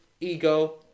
ego